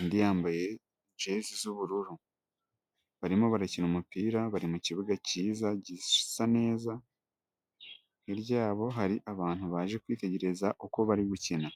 undi yambaye jezi z'ubururu, barimo barakina umupira bari mu kibuga cyiza gisa neza, hirya yabo hari abantu baje kwitegereza uko bari gukina.